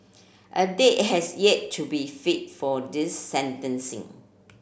a date has yet to be fit for this sentencing